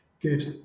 good